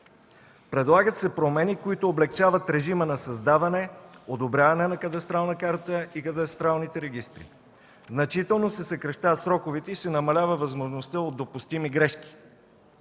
Предлагат се промени, които облекчават режима на създаване, одобряване на кадастралната карта и кадастралните регистри. Значително се съкращават сроковете и се намалява възможността от допустими грешки.